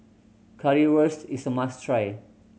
Currywurst is a must try